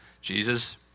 Jesus